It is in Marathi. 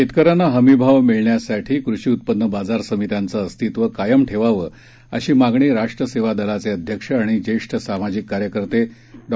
शेतकऱ्यांना हमी भाव मिळण्यासाठी कृषी उत्पन्न बाजार समित्यांचं अस्तित्व कायम ठेवावं अशी मागणी राष्ट्र सेवा दलाचे अध्यक्ष आणि जेष्ठ सामाजिक कार्यकर्ते डॉ